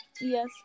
Yes